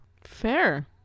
fair